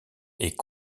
est